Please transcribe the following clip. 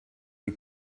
you